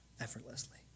effortlessly